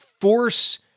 force